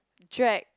drag